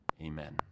Amen